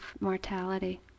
mortality